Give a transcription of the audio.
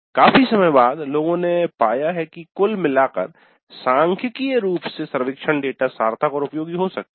काफी समय बाद लोगों ने पाया है कि कुल मिलाकर सांख्यिकीय रूप से सर्वेक्षण डेटा सार्थक और उपयोगी हो सकता है